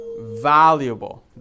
valuable